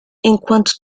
enquanto